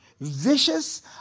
vicious